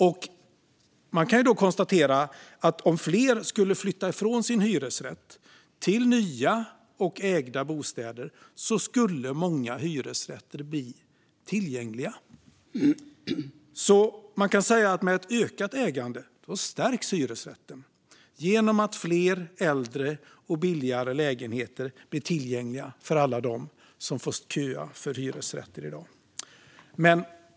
Om fler skulle flytta från sin hyresrätt till nya och ägda bostäder skulle många hyresrätter bli tillgängliga. Med ett ökat ägande stärks alltså hyresrätten genom att fler äldre och billigare lägenheter blir tillgängliga för alla dem som i dag köar för en hyresrätt.